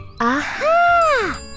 Aha